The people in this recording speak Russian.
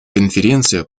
конференция